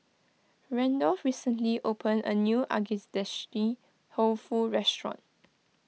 Randolf recently opened a new Dofu restaurant